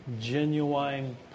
genuine